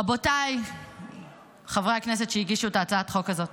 רבותיי חברי הכנסת שהגישו את הצעת החוק הזאת,